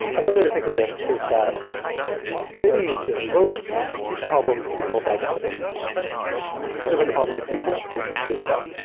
another way to think of this is that maybe you know most problems can be solved by a database. if you can write your problem in sql, you're set.